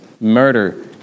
murder